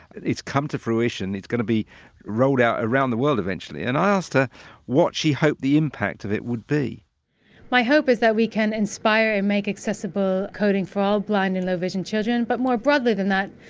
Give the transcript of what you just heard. it's come to fruition. it's going to be rolled out around the world eventually and i asked her what she hoped the impact of it would be my hope is that we can inspire and make accessible coding for all blind and low-vision children but more broadly than that,